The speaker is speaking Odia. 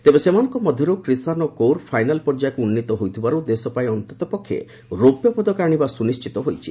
ତେବେ ସେମାନଙ୍କ ମଧ୍ୟରୁ କ୍ରିଷାନ ଓ କୌର ଫାଇନାଲ୍ ପର୍ଯ୍ୟାୟକୁ ଉନ୍ଦୀତ ହୋଇଥିବାରୁ ଦେଶ ପାଇଁ ଅନ୍ତତଃପକ୍ଷେ ରୌପ୍ୟପଦକ ଆଣିବା ସୁନିଣ୍ଢିତ ହୋଇଛି